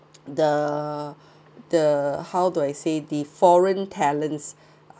the the how do I say the foreign talents